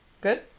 Good